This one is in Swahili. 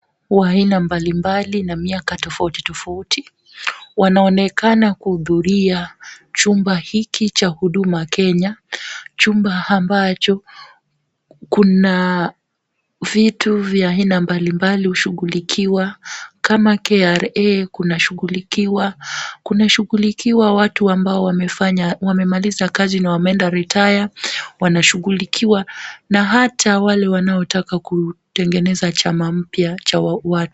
Wa aina mbalimbali na miaka tofautitofauti. Wanaonekana kuhudhuria chumba hiki cha Huduma Kenya, chumba ambacho kuna vitu mbalimbali hushughulikiwa kama KRA hushughulikiwa, kunashughikiwa watu ambao wamemaliza kazi na wameenda retire wanashughulikiwa na hata wale wanaotaka kutengeneza chama mpya cha watu.